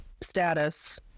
Status